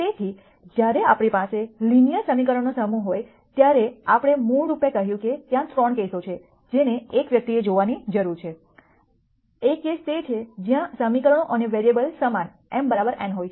તેથી જ્યારે આપણી પાસે લિનિયર સમીકરણોનો સમૂહ હોય ત્યારે આપણે મૂળરૂપે કહ્યું કે ત્યાં 3 કેસો છે જેને એક વ્યક્તિએ જોવાની જરૂર છે એક કેસ તે છે જ્યાં સમીકરણો અને વેરીઅબલ્જ઼ સમાન m n હોય છે